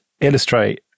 illustrate